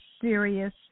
serious